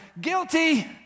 guilty